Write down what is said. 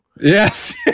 Yes